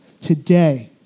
today